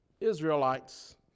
Israelites